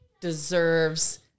Deserves